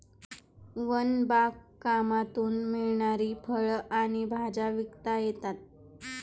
one बागकामातून मिळणारी फळं आणि भाज्या विकता येतात